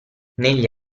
negli